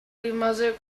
rimase